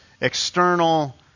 external